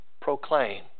proclaim